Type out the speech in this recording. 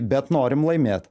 bet norim laimėt